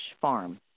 farm